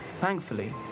Thankfully